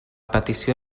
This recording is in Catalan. petició